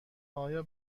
آیا